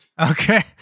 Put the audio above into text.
Okay